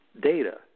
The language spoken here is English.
data